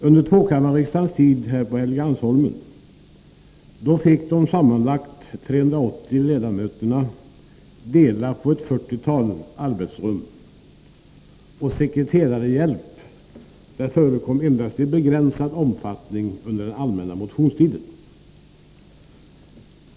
Under tvåkammarriksdagens tid här på Helgeandsholmen fick de sammanlagt 380 ledamöterna dela på ett fyrtiotal arbetsrum, och sekreterarhjälp förekom endast i begränsad omfattning under allmänna motionstiden.